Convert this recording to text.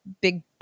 big